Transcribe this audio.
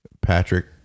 Patrick